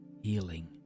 healing